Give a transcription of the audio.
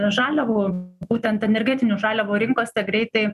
žaliavų būtent energetinių žaliavų rinkose greitai